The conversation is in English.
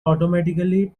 automatically